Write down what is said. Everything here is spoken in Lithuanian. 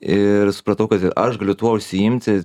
ir supratau kad ir aš galiu tuo užsiimti